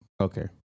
Okay